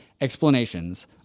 explanations